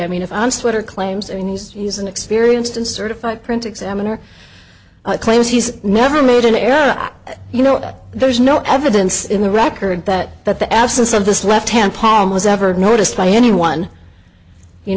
i mean if i'm sweater claims or news he's inexperienced and certified print examiner claims he's never made an error you know that there's no evidence in the record that that the absence of this left hand palm was ever noticed by anyone you